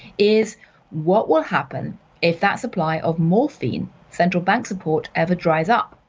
is what will happen if that supply of morphine, central bank support, ever dries up?